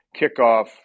kickoff